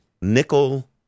nickel